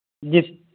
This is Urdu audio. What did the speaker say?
جی